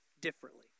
differently